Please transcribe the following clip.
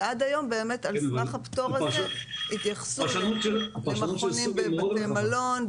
ועד היום באמת על סמך הפטור הזה התייחסו למכונים בבתי מלון,